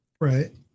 Right